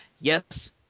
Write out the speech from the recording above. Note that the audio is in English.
yes